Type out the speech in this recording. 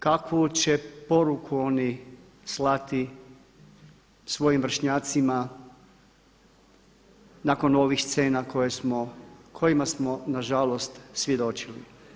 Kakvu će poruku oni slati svojim vršnjacima nakon ovih scena kojima smo nažalost svjedočili.